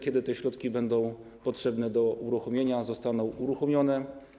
Kiedy te środki będą potrzebne do uruchomienia, zostaną uruchomione.